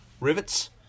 rivets